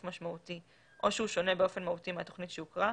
משמעותי או שהוא שונה באופן מהותי מהתוכנית שהוכרה,